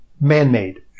man-made